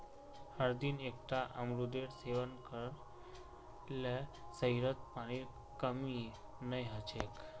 हरदिन एकता अमरूदेर सेवन कर ल शरीरत पानीर कमी नई ह छेक